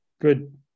Good